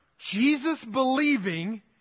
Jesus-believing